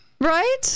Right